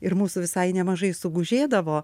ir mūsų visai nemažai sugužėdavo